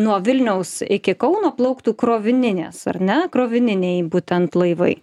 nuo vilniaus iki kauno plauktų krovininės ar ne krovininiai būtent laivai